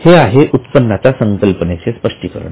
हे आहे उत्पन्नाच्या संकल्पनेचे स्पष्टीकरण